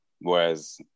Whereas